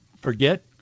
forget